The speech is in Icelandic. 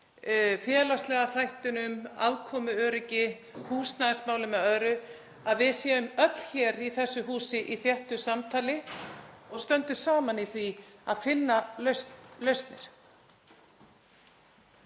félagslega þættinum, afkomuöryggi, húsnæðismálum eða öðru, að við séum öll í þessu húsi í þéttu samtali og stöndum saman í því að finna lausnir.